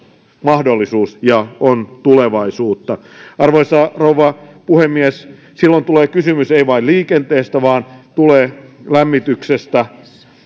mahdollisuus ja on tulevaisuutta arvoisa rouva puhemies silloin tulee kysymys ei vain liikenteestä vaan lämmityksestä